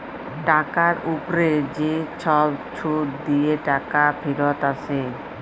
টাকার উপ্রে যে ছব সুদ দিঁয়ে টাকা ফিরত আসে